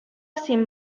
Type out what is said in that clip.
sin